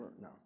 no